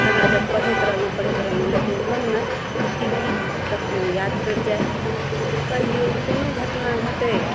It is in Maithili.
आगाँ जब पढ़ैत रहलहुँ पढ़ैत रहलहुँ लेकिन मोनमे ई गीत कखनहुँ याद परि जाय कहियो कोनो घटना घटै